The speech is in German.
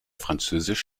französisch